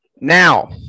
Now